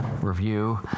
review